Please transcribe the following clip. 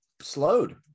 slowed